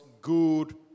good